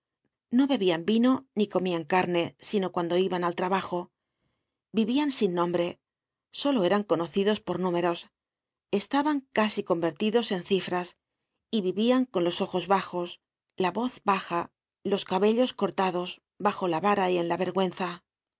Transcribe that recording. no bebian vino ni comían carne sino cuando iban al trabajo vivian sin nombre solo eran conocidos por números estaban casi convertidos en cifras y vivian con los ojos bajos la voz baja los cabellos cortados bajo la vara y en la vergüenza